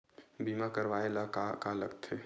बीमा करवाय ला का का लगथे?